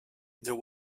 there